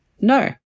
no